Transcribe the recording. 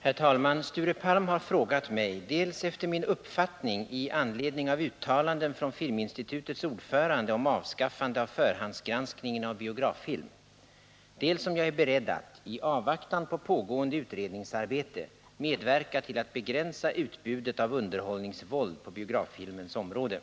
Herr talman! Sture Palm har frågat mig dels efter min uppfattning i anledning av uttalanden från Filminstitutets ordförande om avskaffande av förhandsgranskningen av biograffilm, dels om jag är beredd att, i avvaktan på pågående utredningsarbete, medverka till att begränsa utbudet av underhåll ningsvåld på biograffilmens område.